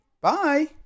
Bye